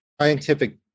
scientific